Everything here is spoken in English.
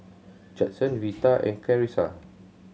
Judson Vita and Carisa